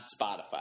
Spotify